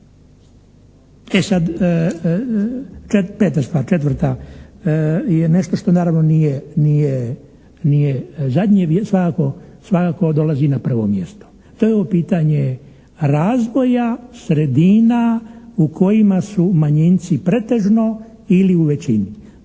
raditi. Peta stvar, četvrta, nešto što naravno nije zadnje, svakako dolazi na prvo mjesto. To je ovo pitanje razvoja sredina u kojima su manjinci pretežno ili u većini.